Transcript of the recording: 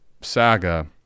saga